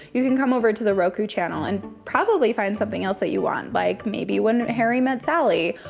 you can come over to the roku channel and probably find something else that you want, like maybe when harry met sally,